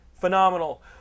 phenomenal